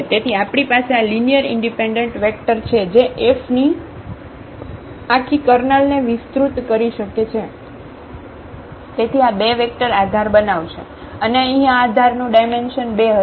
તેથી આપણી પાસે આ લિનિયર ઇન્ડિપેન્ડન્ટ વેક્ટર છે જે F ની આખી કર્નલને વિસ્તૃત કરી શકે છે તેથી આ બે વેક્ટર આધાર બનાવશે અને અહીં આ આધારનું ડાયમેન્શન બે હશે